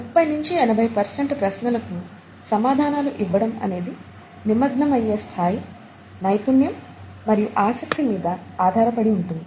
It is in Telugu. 30 80 పర్సెంట్ ప్రశ్నలకి సమాధానాలు ఇవ్వడం అనేది నిమగ్నం అయ్యే స్థాయి నైపుణ్యం మరియు ఆసక్తి మీద ఆధారపడి ఉంటుంది